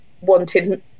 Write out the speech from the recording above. wanted